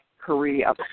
Korea